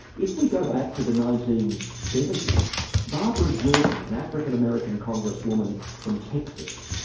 if we go back to the nineteen seventy s barbara jordan an african american congresswoman from texas,